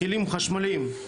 כלים חשמליים.